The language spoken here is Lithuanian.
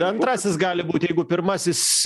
antrasis gali būti jeigu pirmasis